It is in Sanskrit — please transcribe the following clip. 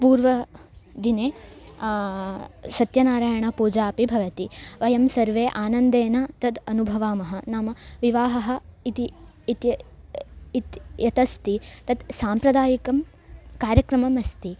पूर्वदिने सत्यनारायणपूजा अपि भवति वयं सर्वे आनन्देन तद् अनुभवामः नाम विवाहः इति इति इति यदस्ति तत् साम्प्रदायिकं कार्यक्रमम् अस्ति